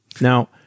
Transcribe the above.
Now